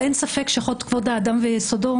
אין ספק שחוק יסוד: כבוד האדם וחירותו,